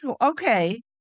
Okay